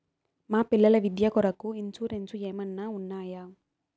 మా పిల్లల విద్య కొరకు ఇన్సూరెన్సు ఏమన్నా ఉన్నాయా?